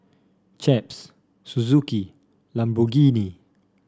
Chaps Suzuki Lamborghini